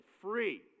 free